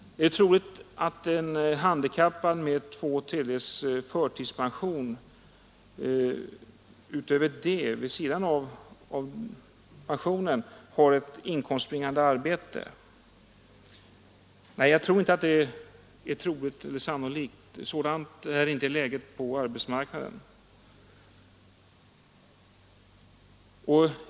Det är visserligen möjligt att en handikappad människa med två tredjedels förtidspension har ett inkomstbringande arbete vid sidan av pensionen, men jag tror inte att detta är särskilt sannolikt — sådant är inte läget på arbetsmarknaden.